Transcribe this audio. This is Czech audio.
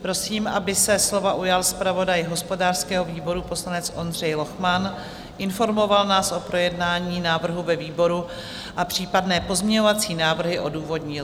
Prosím, aby se slova ujal zpravodaj hospodářského výboru, poslanec Ondřej Lochman, informoval nás o projednání návrhu ve výboru a případné pozměňovací návrhy odůvodnil.